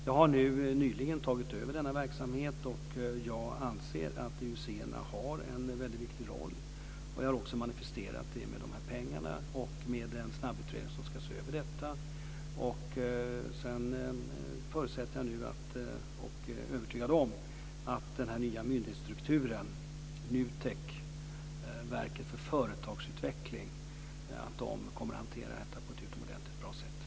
Jag har nyligen tagit över verksamheten och anser att IUC:erna har en viktig roll. Det har jag också manifesterat med pengarna och en snabbutredning. Jag är övertygad om att den nya myndighetsstrukturen, med verket för företagsutveckling, kommer att hantera detta på ett utomordentligt bra sätt.